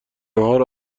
ناهار